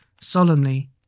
solemnly